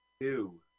two